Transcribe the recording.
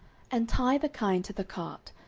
and tie the kine to the cart,